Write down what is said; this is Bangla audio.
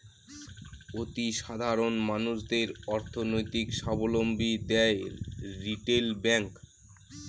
অতি সাধারণ মানুষদের অর্থনৈতিক সাবলম্বী দেয় রিটেল ব্যাঙ্ক